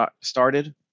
started